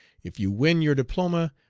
if you win your diploma,